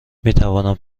میتوانم